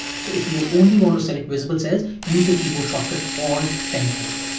so if you only want to select visible cells, use the keyboard shortcut, alt semi-colon.